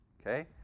Okay